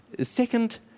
Second